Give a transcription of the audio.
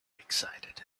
excited